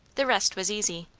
the rest was easy.